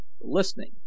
listening